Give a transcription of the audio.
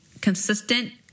consistent